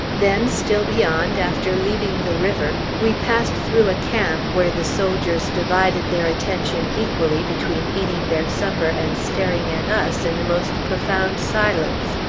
then still beyond, after leaving the river, we passed through a camp where the soldiers divided their attention equally between eating their supper and staring at us in the most profound silence.